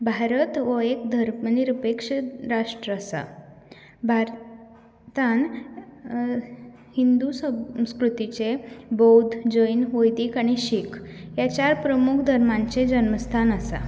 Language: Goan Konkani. भारत हो एक धर्मनिरपेक्ष राष्ट्र आसा भारतांत हिंदू संस्कृतीचे बौद्ध जैन वैदीक आनी सिख हे चार प्रमुख धर्मांचे जल्म स्थान आसा